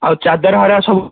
ଆଉ ଚାଦର ହେରା ସବୁ